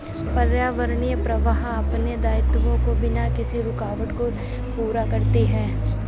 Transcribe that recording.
पर्यावरणीय प्रवाह अपने दायित्वों को बिना किसी रूकावट के पूरा करती है